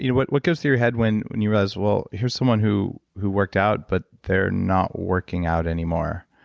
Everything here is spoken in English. you know what what goes through your head when when you are as well, here's someone who who worked out, but they're not working out anymore.